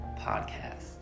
podcast